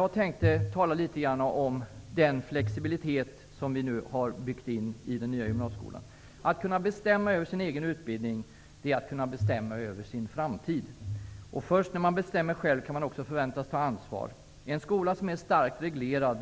Jag tänker tala litet om den flexibilitet som vi nu har byggt in i den nya gymnasieskolan. Att kunna bestämma över sin egen utbildning är att kunna bestämma över sin egen framtid. Först när man bestämmer själv kan man också förväntas ta ansvar. En skola som är starkt reglerad